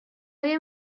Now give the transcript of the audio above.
های